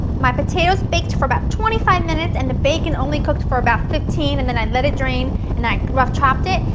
my potatoes baked for about twenty-five minutes and the bacon only cooked for about fifteen and then i let it drain and then i rough chopped it.